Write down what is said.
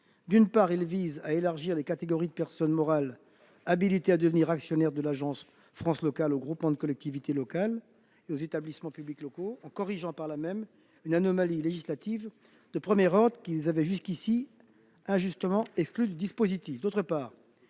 d'une part, il vise à élargir les catégories de personnes morales habilitées à devenir actionnaires de l'Agence France locale aux groupements de collectivités locales et aux établissements publics locaux, corrigeant par là même une anomalie législative de premier ordre qui les avait jusqu'ici injustement exclus du dispositif